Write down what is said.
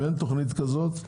אם אין תוכנית כזאת,